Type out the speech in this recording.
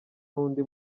n’undi